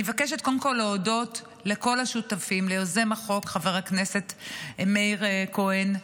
אני מבקשת קודם כול להודות לכל השותפים: ליוזם החוק חבר הכנסת מאיר כהן,